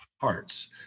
parts